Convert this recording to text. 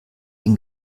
den